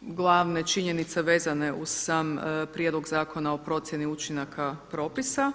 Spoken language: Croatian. glavne činjenice vezane uz sam Prijedlog zakona o procjeni učinaka propisa.